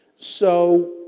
so,